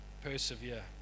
persevere